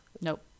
Nope